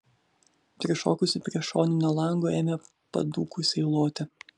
prišokusi prie šoninio lango ėmė padūkusiai loti